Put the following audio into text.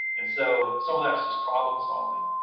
and so some of that's just problem-solving,